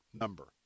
number